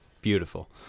Beautiful